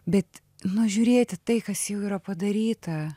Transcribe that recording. bet nu žiūrėti tai kas jau yra padaryta